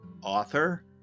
author